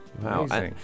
Wow